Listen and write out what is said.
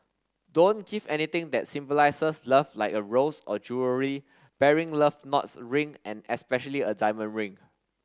don't give anything that symbolizes love like a rose or jewellery bearing love knots ring and especially a diamond ring